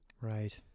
Right